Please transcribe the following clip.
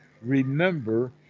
remember